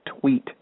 tweet